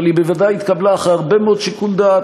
אבל היא בוודאי התקבלה אחרי הרבה מאוד שיקול דעת,